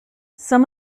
some